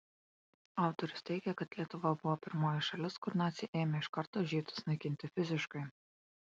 autorius teigia kad lietuva buvo pirmoji šalis kur naciai ėmė iš karto žydus naikinti fiziškai